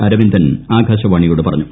അരവിന്ദൻ ആകാശവാണിയോട് പറഞ്ഞു